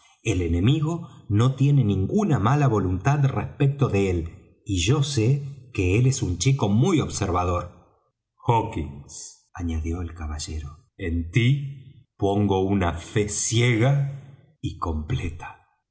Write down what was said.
el enemigo no tiene ninguna mala voluntad respecto de él y yo sé que él es un chico muy observador hawkins añadió el caballero en tí pongo una fe ciega y completa